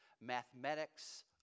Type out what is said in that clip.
mathematics